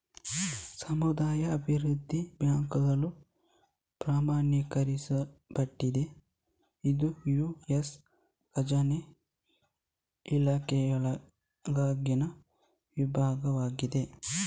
ಸಮುದಾಯ ಅಭಿವೃದ್ಧಿ ಬ್ಯಾಂಕುಗಳು ಪ್ರಮಾಣೀಕರಿಸಲ್ಪಟ್ಟಿದ್ದು ಇದು ಯು.ಎಸ್ ಖಜಾನೆ ಇಲಾಖೆಯೊಳಗಿನ ವಿಭಾಗವಾಗಿದೆ